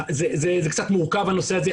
זה קצת מורכב הנושא הזה.